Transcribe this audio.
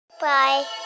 Bye